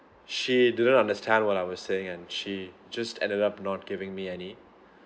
she didn't understand what I was saying and she just ended up not giving me any